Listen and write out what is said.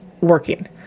working